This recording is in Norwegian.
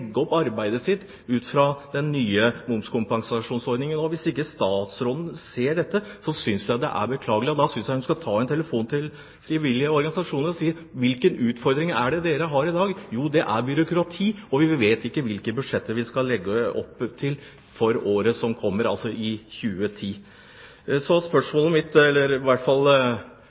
opp arbeidet sitt ut fra den nye momskompensasjonsordningen. Hvis ikke statsråden ser dette, synes jeg det er beklagelig. Da synes jeg hun skal ta en telefon til frivillige organisasjoner og spørre hvilke utfordringer de har i dag. Svaret vil være at jo, det er byråkrati, og vi vet ikke hvilke budsjetter vi skal legge opp til for året som kommer – altså for 2010.